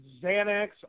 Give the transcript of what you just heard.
Xanax